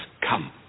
come